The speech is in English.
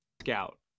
scout